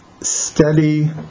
steady